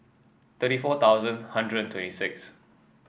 thirty four thousand hundred and twenty six